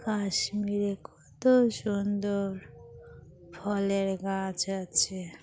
কাশ্মীরে কত সুন্দর ফলের গাছ আছে